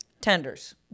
tenders